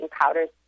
powders